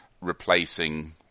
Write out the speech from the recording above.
replacing